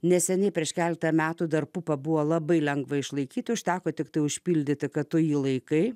neseniai prieš keletą metų dar pupą buvo labai lengva išlaikyti užteko tiktai užpildyti kad tu jį laikai